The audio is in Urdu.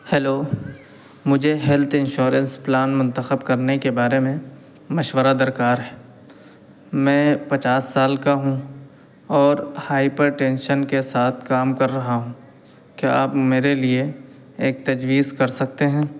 ہیلو مجھے ہیلتھ انشورنس پلان منتخب کرنے کے بارے میں مشورہ درکار ہے میں پچاس سال کا ہوں اور ہائپر ٹینشن کے ساتھ کام کر رہا ہوں کیا آپ میرے لیے ایک تجویز کر سکتے ہیں